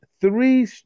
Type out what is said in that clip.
three